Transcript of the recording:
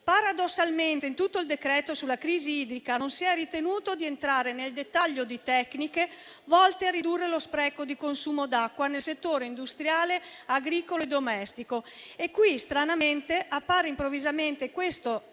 Paradossalmente, in tutto il decreto-legge sulla crisi idrica non si è ritenuto di entrare nel dettaglio di tecniche volte a ridurre lo spreco di consumo d'acqua nel settore industriale, agricolo e domestico. Eppure, stranamente e improvvisamente,